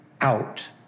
out